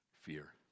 Fear